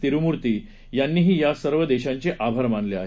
तिरुमूर्ती यांनीही या सर्व देशांचे आभार मानले आहे